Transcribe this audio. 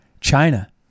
China